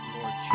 Lord